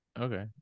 Okay